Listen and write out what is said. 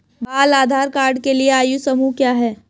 बाल आधार कार्ड के लिए आयु समूह क्या है?